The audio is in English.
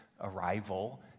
arrival